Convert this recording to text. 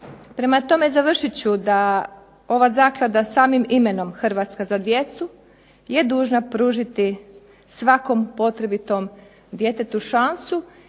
Prema tome, završit ću da ova zaklada samim imenom "Hrvatska za djecu" je dužna pružiti svakom potrebitom djetetu šansu